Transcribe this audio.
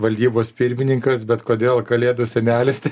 valdybos pirmininkas bet kodėl kalėdų senelis tai